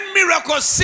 miracles